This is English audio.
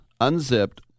unzipped